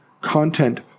content